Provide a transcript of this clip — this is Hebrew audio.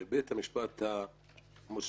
בית המשפט המוסמך